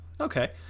okay